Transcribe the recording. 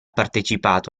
partecipato